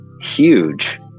huge